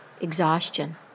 exhaustion